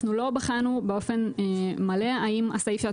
אנחנו לא בחנו אופן מלא האם הסעיף שאת